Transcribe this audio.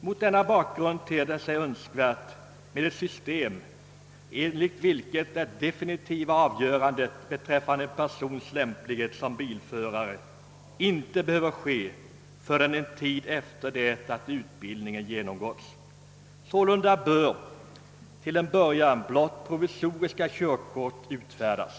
Mot den bakgrunden ter det sig önskvärt att ha ett system, enligt vilket det definitiva avgörandet beträffande en persons lämplighet som bilförare inte behöver träffas förrän en tid efter det att utbildningen genomgåtts. Därför bör till en början endast provisoriska körkort utfärdas.